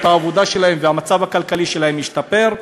העבודה שלהם והמצב הכלכלי שלהם ישתפר,